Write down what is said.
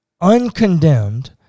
uncondemned